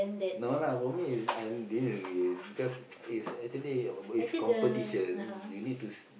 no lah for me is I didn't agree because it's actually if if competition you need to s~